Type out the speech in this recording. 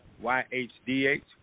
Y-H-D-H